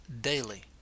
daily